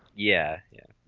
yeah yeah.